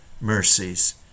mercies